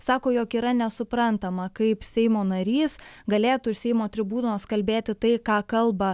sako jog yra nesuprantama kaip seimo narys galėtų iš seimo tribūnos kalbėti tai ką kalba